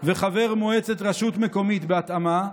וחבר מועצת רשות מקומית, בהתאמה,